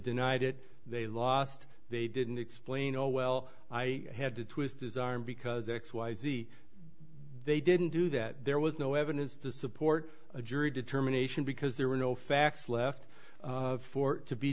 denied it they lost they didn't explain oh well i had to twist his arm because x y z they didn't do that there was no evidence to support a jury determination because there were no facts left for it to be